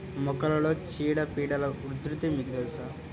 మొక్కలలో చీడపీడల ఉధృతి మీకు తెలుసా?